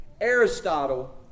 Aristotle